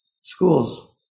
schools